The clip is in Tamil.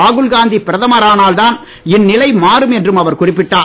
ராகுல் காந்தி பிரதமர் ஆனால்தான் இந்நிலை மாறும் என்றும் அவர் குறிப்பிட்டார்